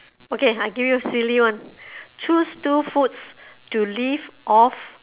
okay I give you silly one choose two foods to live off